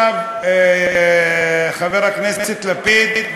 חבר הכנסת לפיד,